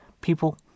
people